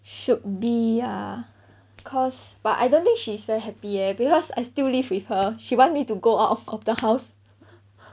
should be ah cause but I don't think she's very happy leh because I still live with her she want me to go out of of the house